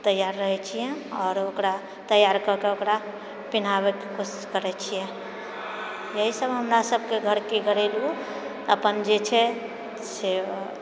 तैयार रहै छियै आओर ओकरा तैयार कऽ के ओकरा पिनहाबैके कोशिश करै छियै यही सब हमरा सबके घरके घरेलू अपन जे छै से